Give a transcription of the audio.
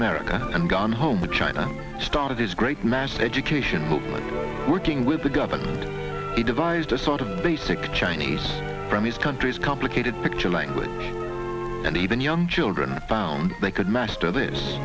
america and gone home to china started this great mass education movement working with the government he devised a sort of basic chinese from these countries complicated picture language and even young children found they could master this